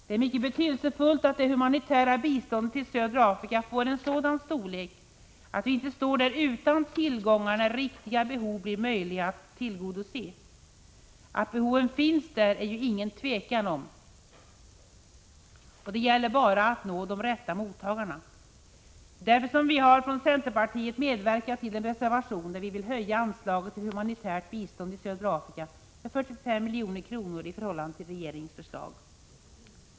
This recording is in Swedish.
Det är mycket betydelsefullt att det humanitära biståndet till södra Afrika får en sådan storlek att vi inte står där utan tillgångar när riktiga behov blir möjliga att tillgodose. Att behoven finns där är det inget tvivel om. Det gäller bara att nå de rätta mottagarna. Det är därför som vi från centerpartiets sida har medverkat till en reservation för att höja anslaget till humanitärt bistånd i södra Afrika med 45 milj.kr. i förhållande till regeringens förslag.